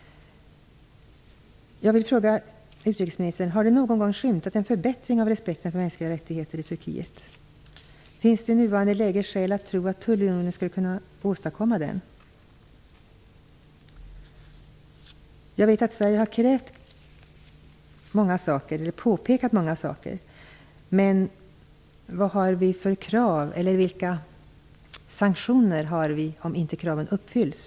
Jag vill fråga utrikesministern: Har det någon gång skymtat en förbättring av respekten för mänskliga rättigheter i Turkiet? Finns det i nuvarande läge skäl att tro att tullunionen skulle kunna åstadkomma detta? Jag vet att Sverige har påpekat många saker, men vad har vi för krav, och vilka sanktioner kan vi tänka oss om inte kraven uppfylls?